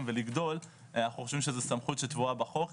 ולגדול - אנחנו חושבים שזו סמכות שטבועה בחוק.